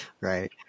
Right